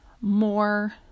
more